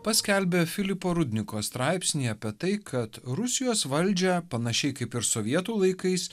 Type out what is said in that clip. paskelbė filipo rudniko straipsnį apie tai kad rusijos valdžią panašiai kaip ir sovietų laikais